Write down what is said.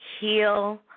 heal